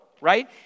right